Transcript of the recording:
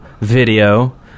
video